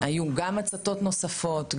היו גם הצתות נוספות,